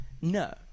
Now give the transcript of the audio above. No